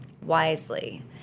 wisely